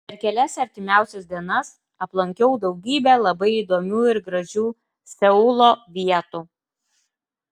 per kelias artimiausias dienas aplankiau daugybę labai įdomių ir gražių seulo vietų